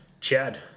Chad